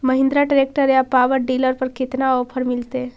Mahindra tractor या power dealer पर कितना ओफर मीलेतय?